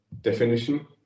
definition